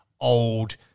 old